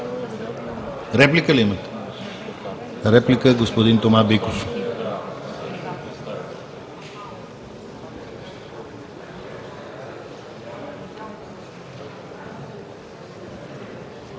Реплики има ли? Реплика – господин Тома Биков.